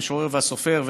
המשורר והסופר,